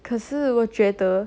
可是我觉得